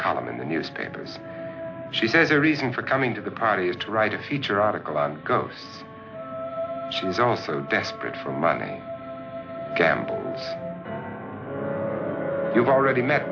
column in the newspapers she did a reason for coming to the party is to write a feature article on gov she is also desperate for money campbell you've already met